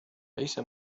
ليس